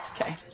Okay